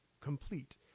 complete